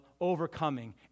overcoming